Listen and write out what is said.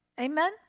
Amen